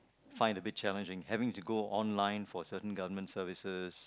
find a bit challenging having to go online for certain government services